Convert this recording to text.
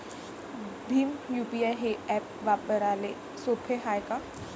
Bhim UPI हे app वापराले सोपे हाय का?